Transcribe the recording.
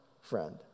friend